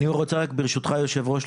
ברשותך היושב-ראש,